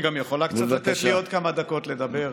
היא יכולה לתת לי עוד כמה דקות לדבר.